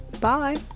Bye